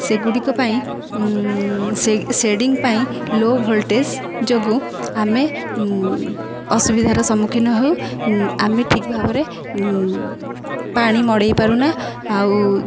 ସେଗୁଡ଼ିକ ପାଇଁ ସେ ସେଡ଼ିଙ୍ଗ ପାଇଁ ଲୋ ଭୋଲ୍ଟେଜ୍ ଯାଗୁଁ ଆମେ ଅସୁବିଧାର ସମ୍ମୁଖୀନ ହେଉ ଆମେ ଠିକ୍ ଭାବରେ ପାଣି ମଡ଼େଇ ପାରୁନା ଆଉ